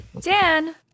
Dan